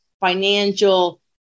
financial